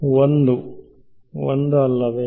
ವಿದ್ಯಾರ್ಥಿ1 1 ಅಲ್ಲವೇ